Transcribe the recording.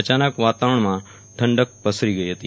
અચાનક વાતાવરણમાં ઠંડક પ્રસરી ગઈ હતી